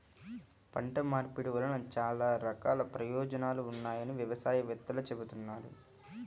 పంట మార్పిడి వలన చాలా రకాల ప్రయోజనాలు ఉన్నాయని వ్యవసాయ వేత్తలు చెబుతున్నారు